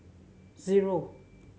zero